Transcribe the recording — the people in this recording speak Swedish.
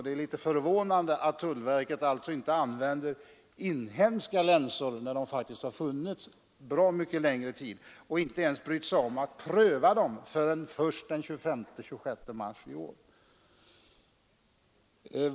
Det är litet förvånande att tullverket inte prövat inhemska länsor förrän den 25—26 mars, när de faktiskt funnits en lång tid.